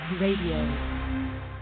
Radio